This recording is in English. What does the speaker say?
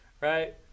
right